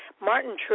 Martin